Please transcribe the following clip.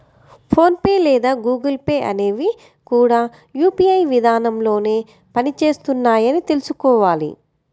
phone pay లేదా Google Pay అనేవి కూడా యూ.పీ.ఐ విధానంలోనే పని చేస్తున్నాయని తెల్సుకోవాలి